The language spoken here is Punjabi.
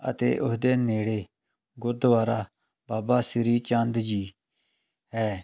ਅਤੇ ਉਸਦੇ ਨੇੜੇ ਗੁਰਦੁਆਰਾ ਬਾਬਾ ਸ਼੍ਰੀ ਚੰਦ ਜੀ ਹੈ